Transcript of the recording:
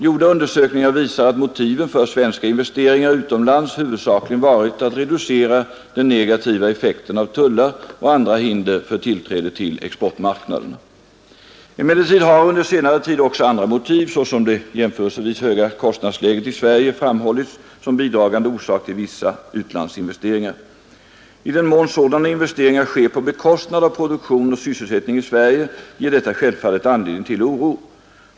Gjorda undersökningar visar att motiven för svenska investeringar utomlands huvudsakligen varit att reducera den negativa effekten av tullar och andra hinder för tillträde till exportmarknaderna. Emellertid har under senare tid också andra motiv, såsom det jämförelsevis höga kostnadsläget i Sverige, framhållits som bidragande orsak till vissa utlandsinvesteringar. I den mån sådana investeringar sker på bekostnad av produktion och sysselsättning i Sverige ger detta självfallet anledning till oro.